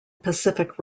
pacific